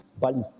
Bali